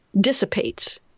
dissipates